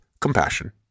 compassion